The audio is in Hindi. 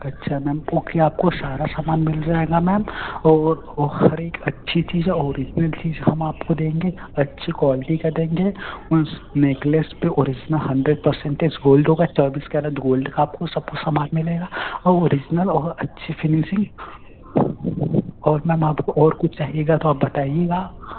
ओके मैम आपको सारा समान मिल जाएगा मैम और वो बहुत ही अच्छी चीज है ऑरीजनल चीज हम आपको देंगे अच्छी क्वालिटी का देंगे उस नेकलेस तो ऑरीजनल हंड्रेड पर्सेंट गोल्ड होगा चौबीस कैरेट गोल्ड आपको सब समान मिलेगा ओरिजनल और अच्छी फिनिशिंग और मैम आपको और कुछ चाहिएगा तो बताइएगा